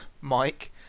mike